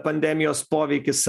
pandemijos poveikis